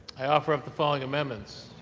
i offer up the following amendments.